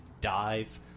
dive